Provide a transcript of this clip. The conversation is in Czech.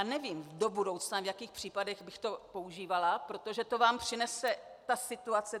Nevím do budoucna, v jakých případech bych to používala, protože to přinese situace.